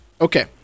Okay